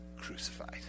crucified